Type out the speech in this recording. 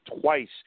twice